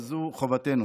וזו חובתנו.